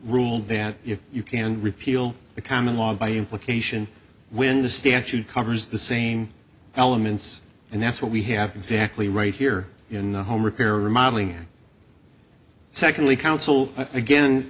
ruled that if you can repeal the common law by implication when the statute covers the same elements and that's what we have exactly right here in the home repair remodeling and secondly council again